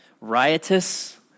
riotous